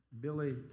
Billy